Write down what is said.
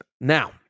now